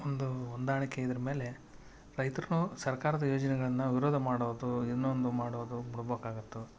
ಒಂದು ಹೊಂದಾಣಿಕೆ ಇದ್ರ ಮೇಲೆ ರೈತರೂ ಸರ್ಕಾರದ ಯೋಜನೆಗಳನ್ನು ವಿರೋಧ ಮಾಡೋದು ಇನ್ನೊಂದು ಮಾಡೋದು ಬಿಡ್ಬೇಕಾಗತ್ತೆ